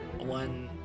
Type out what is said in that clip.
one